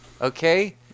okay